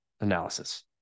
analysis